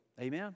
Amen